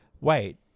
wait